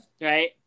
Right